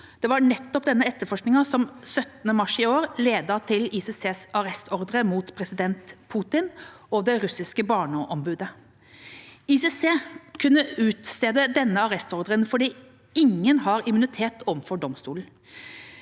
Det var denne etterforskningen som 17. mars i år ledet til ICCs arrestordre mot president Putin og det russiske barneombudet. ICC kunne utstede denne arrestordren fordi ingen har immunitet overfor domstolen.